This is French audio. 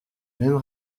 mêmes